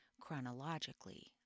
chronologically